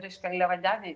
reiškia angliavandeniai